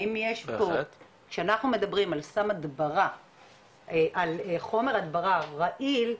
כשאנחנו מדברים על חומר הדברה רעיל,